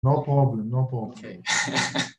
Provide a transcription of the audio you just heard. No problem, no problem. Ok